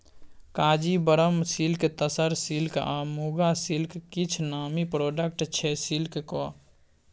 Kanjeevaram silk, tasar silk आ muga silk किछ नामी प्रोडक्ट छै सिल्कक